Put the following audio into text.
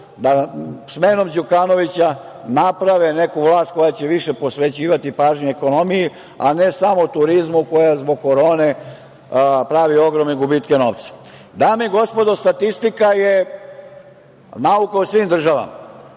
da smenom Đukanovića naprave neku vlast koja će više posvećivati pažnje ekonomiji, a ne samo turizmu, koja zbog korone pravi ogromne gubitke novca. Dame i gospodo, statistika je nauka o svim državama.